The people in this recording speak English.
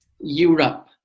Europe